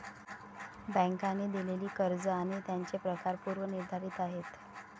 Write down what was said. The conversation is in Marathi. बँकांनी दिलेली कर्ज आणि त्यांचे प्रकार पूर्व निर्धारित आहेत